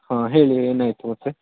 ಹಾಂ ಹೇಳಿ ಏನಾಯಿತು ಮತ್ತೆ